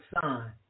son